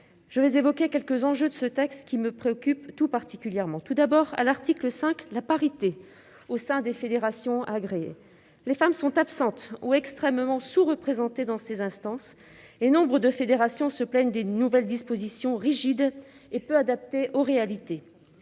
souhaite évoquer quelques enjeux de ce texte qui me préoccupent tout particulièrement. Tout d'abord, il est question, à l'article 5, de parité au sein des fédérations agréées. Les femmes sont absentes ou extrêmement sous-représentées dans ces instances, et nombre de fédérations se plaignent des nouvelles dispositions, rigides et peu adaptées aux réalités.